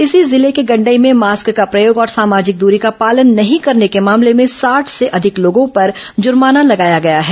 इसी जिले के गंडई में मास्क का प्रयोग और सामाजिक दूरी का पालन नहीं करने के मामले में साठ से अधिक लोगों पर जर्माना लगाया गया है